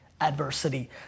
adversity